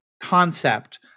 concept